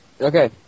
Okay